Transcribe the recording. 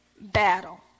battle